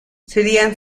serían